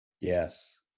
Yes